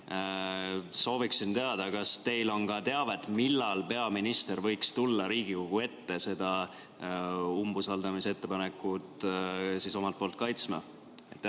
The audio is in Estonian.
sooviksin teada, kas teil on teavet, millal peaminister võiks tulla Riigikogu ette umbusaldamise ettepanekut omalt poolt kaitsma.